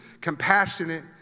compassionate